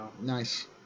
nice